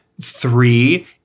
Three